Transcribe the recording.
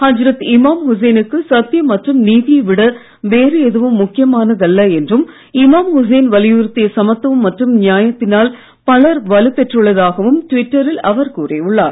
ஹஜ்ரத் இமாம் உசேனுக்கு சத்தியம் மற்றும் நீதியை விட வேறு எதுவும் முக்கியமானதல்ல என்றும் இமாம் உசேன் வலியுறுத்திய சமத்துவம் மற்றும் நியாயத்தினால் பலர் வலுப் பெற்றுள்ளதாகவும் ட்விட்டரில் அவர் கூறியுள்ளார்